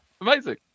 amazing